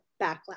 backlash